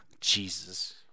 Jesus